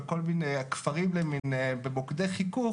בכל מיני כפרים למיניהם ובמוקדי חיכוך